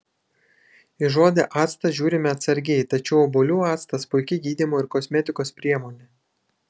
į žodį actas žiūrime atsargiai tačiau obuolių actas puiki gydymo ir kosmetikos priemonė